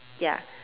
ya